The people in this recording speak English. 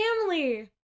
family